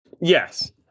Yes